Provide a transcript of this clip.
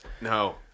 No